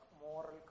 moral